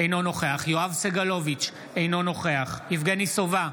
אינו נוכח יואב סגלוביץ' אינו נוכח יבגני סובה,